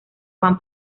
juan